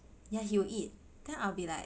yeah he'll eat then I'll be like